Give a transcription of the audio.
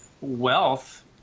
wealth